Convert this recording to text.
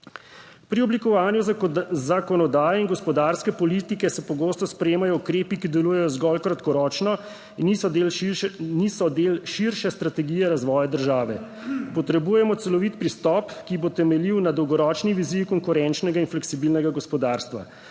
Pri oblikovanju zakonodaje in gospodarske politike se pogosto sprejemajo ukrepi, ki delujejo zgolj kratkoročno in niso del, niso del širše strategije razvoja države. Potrebujemo celovit pristop, ki bo temeljil na dolgoročni viziji konkurenčnega in fleksibilnega gospodarstva.